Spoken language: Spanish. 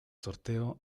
sorteo